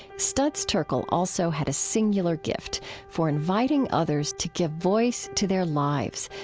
studs terkel also had a singular gift for inviting others to give voice to their lives,